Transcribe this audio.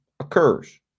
occurs